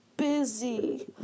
busy